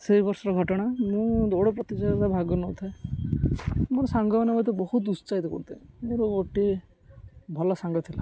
ସେଇ ବର୍ଷର ଘଟଣା ମୁଁ ଦୌଡ଼ ପ୍ରତିଯୋଗିତାରେ ଭାଗ ନେଇଥାଏ ମୋର ସାଙ୍ଗମାନେ ମୋତେ ବହୁତ ଉତ୍ସାହିତ କରୁଥାନ୍ତି ମୋର ଗୋଟିଏ ଭଲ ସାଙ୍ଗ ଥିଲା